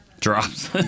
Drops